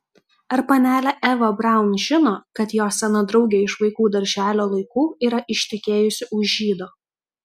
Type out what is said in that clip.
ar panelė eva braun žino kad jos sena draugė iš vaikų darželio laikų yra ištekėjusi už žydo